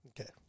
Okay